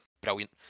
Brilliant